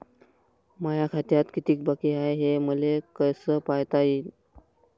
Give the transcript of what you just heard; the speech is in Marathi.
माया खात्यात कितीक बाकी हाय, हे मले कस पायता येईन?